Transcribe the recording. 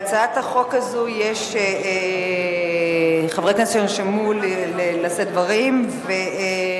יש חברי כנסת שנרשמו לשאת דברים בהצעת החוק הזו.